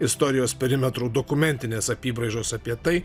istorijos perimetrų dokumentinės apybraižos apie tai